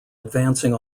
advancing